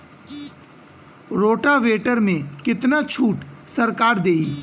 Rotavator में कितना छूट सरकार देही?